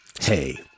Hey